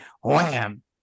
wham